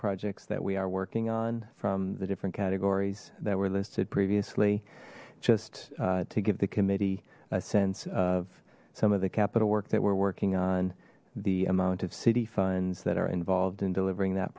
projects that we are working on from the different categories that were listed previously just to give the committee a sense of some of the capital work that we're working on the amount of city funds that are involved in delivering that